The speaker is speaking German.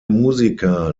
musiker